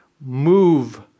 move